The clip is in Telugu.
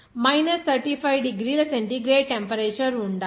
మైనస్ 35 డిగ్రీల సెంటీగ్రేడ్ టెంపరేచర్ ఉండాలి